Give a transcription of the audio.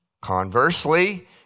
Conversely